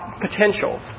potential